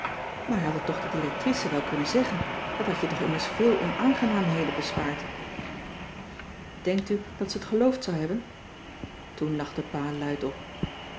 maar je hadt het toch de directrice wel kunnen zeggen dat had je toch immers veel onaangenaamheden bespaard denkt u dat ze t geloofd zou hebben toen lachte pa luidop